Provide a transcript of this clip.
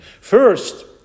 First